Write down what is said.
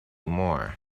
more